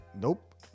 nope